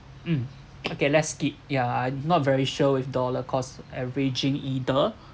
mm okay let's skip yeah I not very sure with dollar cost averaging either